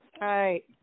right